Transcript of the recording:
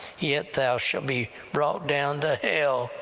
yet thou shalt be brought down to hell,